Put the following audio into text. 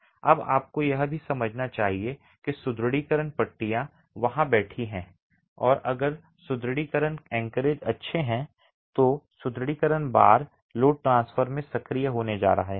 अब आपको यह भी समझना चाहिए कि सुदृढ़ीकरण पट्टियां वहां बैठी हैं अगर सुदृढीकरण एंकरेज अच्छे हैं तो सुदृढीकरण बार लोड ट्रांसफर में सक्रिय होने जा रहे हैं